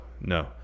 no